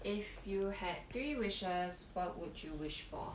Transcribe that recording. if you had three wishes what would you wish for